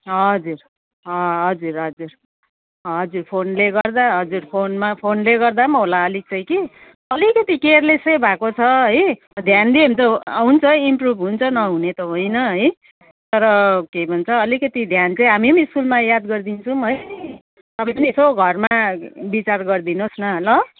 हजुर हजुर हजुर हजुर फोनले गर्दा हजुर फोनमा फोनले गर्दा पनि होला अलिक चाहिँ कि अलिकति केयरलेस चाहिँ भएको छ है ध्यान दियो भने त हुन्छ इम्प्रुभ हुन्छ नहुने त होइन है तर के भन्छ अलिकति ध्यान चाहिँ हामी पनि स्कुलमा याद गरिदिन्छौँ है तपाईँ पनि यसो घरमा विचार गरिदिनुहोस् न ल